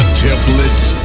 templates